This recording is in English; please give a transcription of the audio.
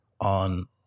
on